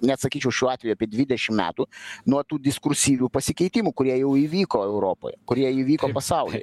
net sakyčiau šiuo atveju apie dvidešim metų nuo tų diskursyvių pasikeitimų kurie jau įvyko europoje kurie įvyko pasaulyje